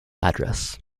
address